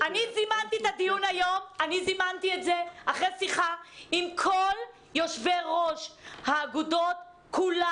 זימנתי את הדיון היום אחרי שיחה עם כל יושבי-ראש האגודות כולם.